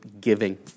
giving